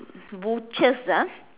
butchers ah